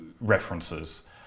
references